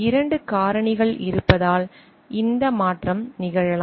2 காரணிகள் இருப்பதால் இந்த மாற்றம் நிகழலாம்